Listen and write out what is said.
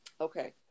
Okay